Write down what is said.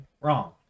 wrong